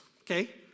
okay